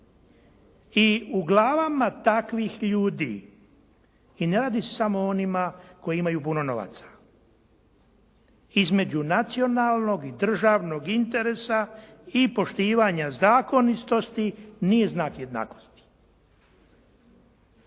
I u glavama takvih ljudi, i ne radi se samo o onima koji imaju puno novaca, između nacionalnog i državnog interesa i poštivanja zakonitosti nije znak jednakosti.